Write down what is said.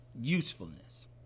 usefulness